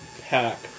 pack